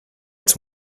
its